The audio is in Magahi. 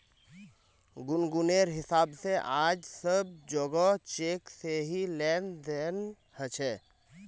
गुनगुनेर हिसाब से आज सब जोगोह चेक से ही लेन देन ह छे